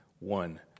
One